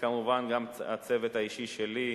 וכמובן גם הצוות האישי שלי,